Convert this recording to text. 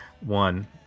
one